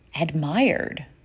admired